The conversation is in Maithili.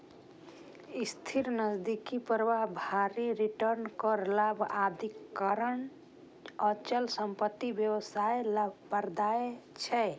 स्थिर नकदी प्रवाह, भारी रिटर्न, कर लाभ, आदिक कारण अचल संपत्ति व्यवसाय लाभप्रद छै